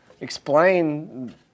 explain